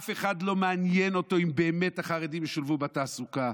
אף אחד לא מעניין אותו אם באמת החרדים ישולבו בתעסוקה.